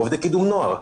עובדי קידום נוער,